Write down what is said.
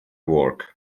work